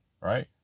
right